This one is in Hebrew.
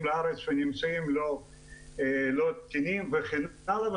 לארץ ונמצאים לא תקינים וכן הלאה.